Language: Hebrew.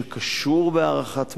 שקשור בהערכת מורים,